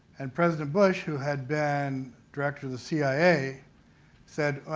and president bush who had been director of the cia said,